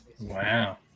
Wow